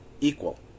equal